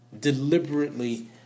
Deliberately